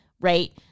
right